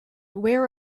where